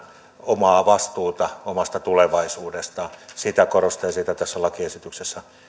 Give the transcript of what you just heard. omaa vastuuta omasta tulevaisuudesta ja sitä lakiesityksessä